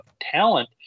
talent